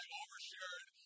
overshared